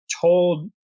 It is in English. told